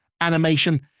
animation